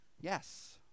Yes